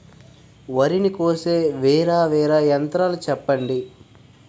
వరి ని కోసే వేరా వేరా యంత్రాలు చెప్పండి?